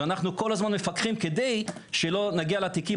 אנחנו כל הזמן מפקחים כדי שלא נגיע לתיקים